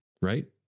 right